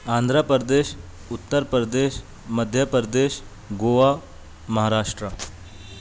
Andhra Pradesh Uttar Pradesh Madhya Pradesh Goa Maharashtra